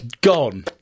gone